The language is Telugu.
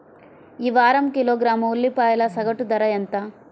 ఈ వారం కిలోగ్రాము ఉల్లిపాయల సగటు ధర ఎంత?